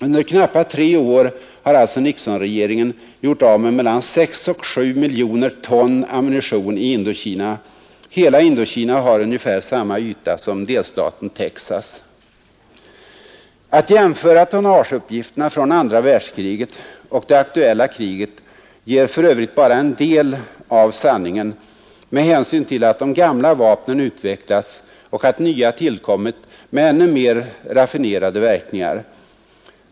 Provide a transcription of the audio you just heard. Under knappa tre år har alltså Nixonregeringen gjort av med mellan 6 och 7 miljoner ton ammunition i Indokina. Hela Indokina har ungefär samma yta som delstaten Texas. Att jämföra tonnageuppgifterna från andra världskriget och det aktuella kriget ger för övrigt bara en del av sanningen med hänsyn till att de gamla vapnen utvecklats och att nya tillkommit med ännu mer raffinerade verkningar.